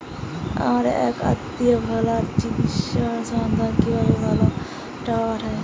আমার এক আত্মীয় ভেলোরে চিকিৎসাধীন তাকে কি ভাবে টাকা পাঠাবো?